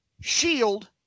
Shield